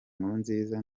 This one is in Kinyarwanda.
nkurunziza